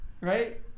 Right